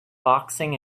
boxing